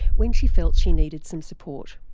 when she felt she needed some support.